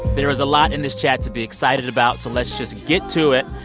there was a lot in this chat to be excited about, so let's just get to it.